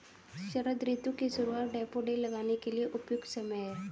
शरद ऋतु की शुरुआत डैफोडिल लगाने के लिए उपयुक्त समय है